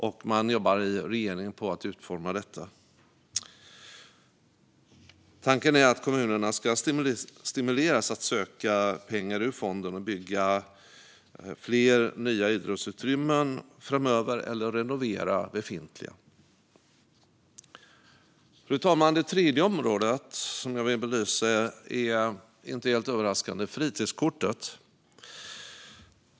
Regeringen jobbar på att utforma detta, och tanken är att kommunerna ska stimuleras att söka pengar ur fonden och bygga fler nya idrottsutrymmen framöver eller renovera befintliga. Fru talman. Den tredje området som jag vill belysa är inte helt överraskande fritidskortet.